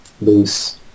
loose